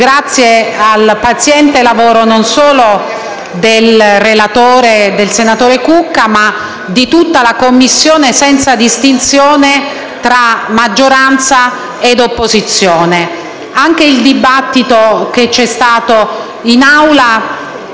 grazie al paziente lavoro non solo del relatore, senatore Cucca, ma di tutta la Commissione, senza distinzione tra maggioranza ed opposizione. Anche il dibattito che c'è stato in Aula